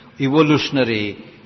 evolutionary